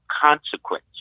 consequence